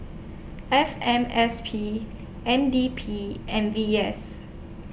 F M S P N D P and V S